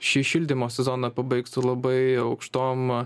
šį šildymo sezoną pabaigs su labai aukštom